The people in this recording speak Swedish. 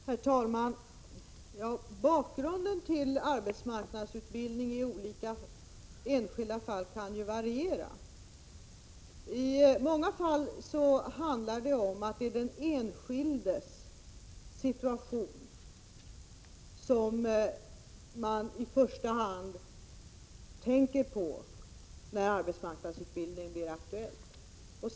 Herr talman! När det gäller arbetsmarknadsutbildning i olika enskilda fall kan ju bakgrunden variera. I många fall är det den enskildes situation som man i första hand tänker på när arbetsmarknadsutbildning blir aktuell.